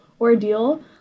ordeal